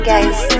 Guys